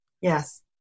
Yes